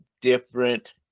different